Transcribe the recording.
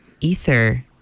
Ether